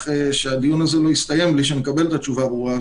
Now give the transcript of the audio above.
שהדיון הזה לא יסתיים בלי שנקבל תשובה ברורה.